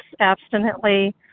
abstinently